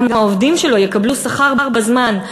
וגם העובדים שלו יקבלו שכר בזמן,